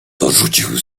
dorzucił